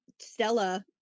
Stella